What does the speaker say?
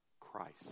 Christ